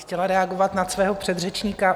Chtěla bych reagovat na svého předřečníka.